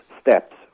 steps